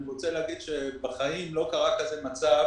אני רוצה להגיד שבחיים לא קרה כזה מצב